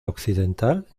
occidental